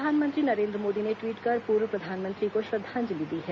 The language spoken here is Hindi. प्रधानमंत्री नरेन्द्र मोदी ने ट्वीट कर पूर्व प्रधानमंत्री को श्रद्धांजलि दी है